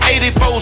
84